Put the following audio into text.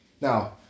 Now